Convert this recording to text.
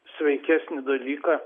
sveikesnį dalyką